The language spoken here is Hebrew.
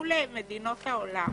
מול מדינות העולם,